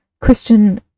Christian